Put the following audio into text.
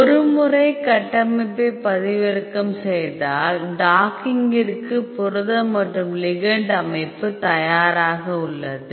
ஒரு முறை கட்டமைப்பை பதிவிறக்கம் செய்தால் டாக்கிங்கிற்கு புரதம் மற்றும் லிகெண்ட் அமைப்பு தயாராக உள்ளது